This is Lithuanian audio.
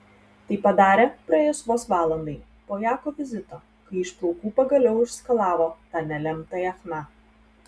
tai padarė praėjus vos valandai po jako vizito kai iš plaukų pagaliau išskalavo tą nelemtąją chna